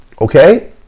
Okay